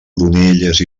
oronelles